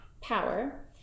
power